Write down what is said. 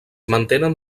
mantenen